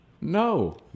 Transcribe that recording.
No